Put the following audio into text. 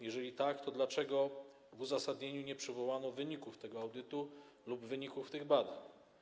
Jeżeli tak, to dlaczego w uzasadnieniu nie przywołano wyników tego audytu ani wyników tych badań?